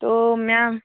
तो मेम